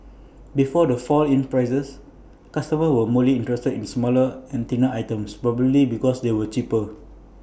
before the fall in prices customers were more interested in smaller and thinner items probably because they were cheaper